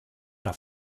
mehr